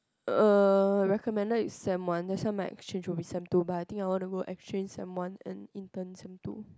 uh recommended is sem one that's why my exchange will be sem two but I think I wanna go exchange sem one and intern sem two